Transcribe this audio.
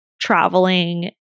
traveling